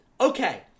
Okay